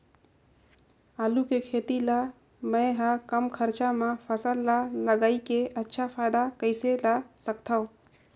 आलू के खेती ला मै ह कम खरचा मा फसल ला लगई के अच्छा फायदा कइसे ला सकथव?